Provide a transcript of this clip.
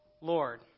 Lord